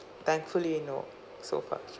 thankfully no so far